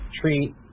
treat